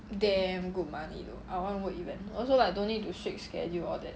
damn good money you know I want to work event also I don't need to shake schedule all that